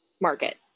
market